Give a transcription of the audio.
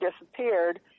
disappeared